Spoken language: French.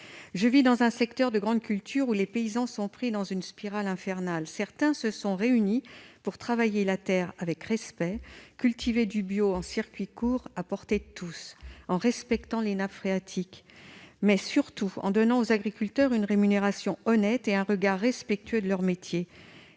Je vis dans un secteur de grandes cultures où les paysans sont pris dans une spirale infernale. Certains se sont réunis pour travailler la terre avec respect, cultiver du bio en circuits courts à portée de tous, en respectant les nappes phréatiques, mais surtout en donnant aux agriculteurs une rémunération honnête et un regard respectueux sur leur métier.